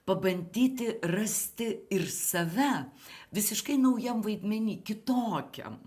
pabandyti rasti ir save visiškai naujam vaidmeny kitokiam